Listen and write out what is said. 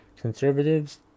conservatives